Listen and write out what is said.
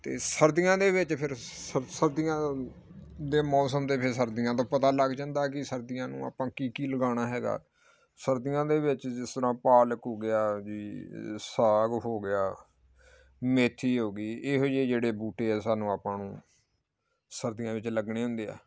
ਅਤੇ ਸਰਦੀਆਂ ਦੇ ਵਿੱਚ ਫਿਰ ਸ ਸਰਦੀਆਂ ਦੇ ਮੌਸਮ ਦੇ ਫਿਰ ਸਰਦੀਆਂ ਤੋਂ ਪਤਾ ਲੱਗ ਜਾਂਦਾ ਹੈ ਕਿ ਸਰਦੀਆਂ ਨੂੰ ਆਪਾਂ ਕੀ ਕੀ ਲਗਾਉਣਾ ਹੈਗਾ ਸਰਦੀਆਂ ਦੇ ਵਿੱਚ ਜਿਸ ਤਰ੍ਹਾਂ ਪਾਲਕ ਹੋ ਗਿਆ ਜੀ ਸਾਗ ਹੋ ਗਿਆ ਮੇਥੀ ਹੋ ਗਈ ਇਹੋ ਜਿਹੇ ਜਿਹੜੇ ਬੂਟੇ ਆ ਸਾਨੂੰ ਆਪਾਂ ਨੂੰ ਸਰਦੀਆਂ ਵਿੱਚ ਲੱਗਣੇ ਹੁੰਦੇ ਆ